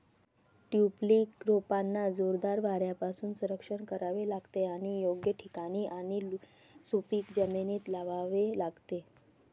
tulip रोपांना जोरदार वाऱ्यापासून संरक्षण करावे लागते आणि योग्य ठिकाणी आणि सुपीक जमिनीत लावावे लागते